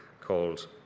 called